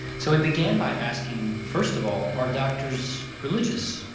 so we began by asking first of all are doctors religious,